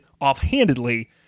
offhandedly